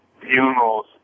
funerals